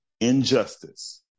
injustice